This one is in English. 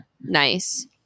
Nice